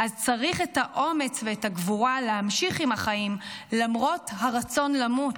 צריך את האומץ ואת הגבורה להמשיך עם החיים למרות הרצון למות.